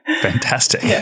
fantastic